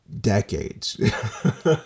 decades